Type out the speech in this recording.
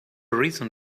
reason